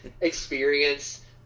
experience